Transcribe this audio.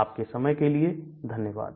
आपके समय के लिए धन्यवाद